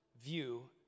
view